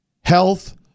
health